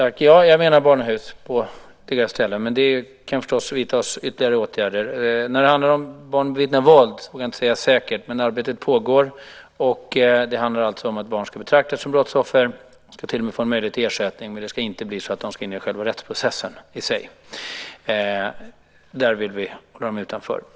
Fru talman! Ja, jag menar barnahus, men det kan förstås vidtas ytterligare åtgärder. När det gäller barn som bevittnat våld vågar jag inte säga något säkert, men arbetet pågår. Det handlar alltså om att barn ska betraktas som brottsoffer och ska till och med få möjlighet till ersättning, men det ska inte bli så att de ska in i själva rättsprocessen i sig. Där vill vi hålla dem utanför.